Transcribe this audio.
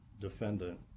defendant